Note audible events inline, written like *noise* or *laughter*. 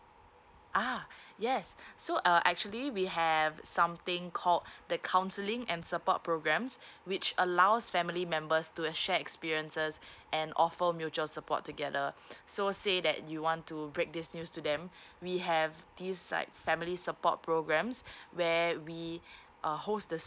ah yes so uh actually we have something called the counselling and support programmes which allows family members to a shared experiences and offer mutual support together *breath* so say that you want to break this news to them we have this like family support programmes *breath* where we uh host the